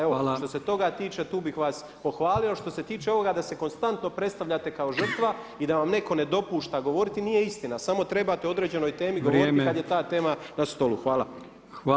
Evo što se toga tiče tu bih vas pohvalio [[Upadica: Hvala.]] A što se tiče ovoga da se konstantno predstavljate kao žrtva i da vam netko ne dopušta govoriti nije istina, samo trebate o određenoj temi [[Upadica: Vrijeme.]] govoriti kada je ta tema na stolu.